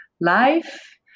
life